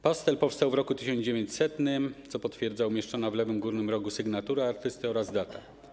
Pastel powstał w roku 1900, co potwierdza umieszczona w lewym górnym rogu sygnatura artysty oraz data.